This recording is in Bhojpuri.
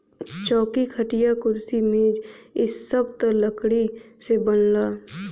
चौकी, खटिया, कुर्सी मेज इ सब त लकड़ी से बनला